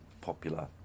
popular